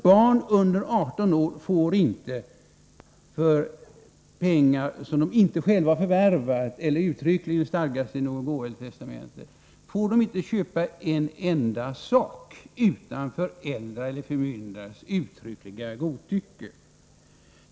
Barn under 18 år får alltså inte för pengar som de inte själva har förvärvat eller där det uttryckligen stadgats att pengarna tillfallit dem genom gåva eller testamente köpa en enda sak utan föräldrars eller förmyndares uttryckliga samtycke.